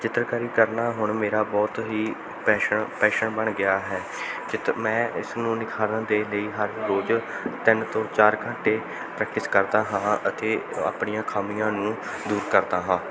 ਚਿੱਤਰਕਾਰੀ ਕਰਨਾ ਹੁਣ ਮੇਰਾ ਬਹੁਤ ਹੀ ਪੈਸ਼ਨ ਪੈਸ਼ਨ ਬਣ ਗਿਆ ਹੈ ਚਿਤ ਮੈਂ ਇਸਨੂੰ ਨਿਖਾਰਨ ਦੇ ਲਈ ਹਰ ਰੋਜ਼ ਤਿੰਨ ਤੋਂ ਚਾਰ ਘੰਟੇ ਪ੍ਰੈਕਟਿਸ ਕਰਦਾ ਹਾਂ ਅਤੇ ਆਪਣੀਆਂ ਖਾਮੀਆਂ ਨੂੰ ਦੂਰ ਕਰਦਾ ਹਾਂ